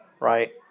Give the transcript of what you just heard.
right